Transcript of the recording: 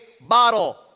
bottle